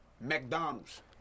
McDonald's